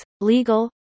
legal